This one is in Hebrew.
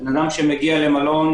אדם שמגיע למלון